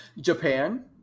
japan